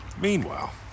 Meanwhile